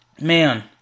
man